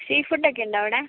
seafood ഒക്കെ ഉണ്ടോ അവിടെ